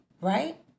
Right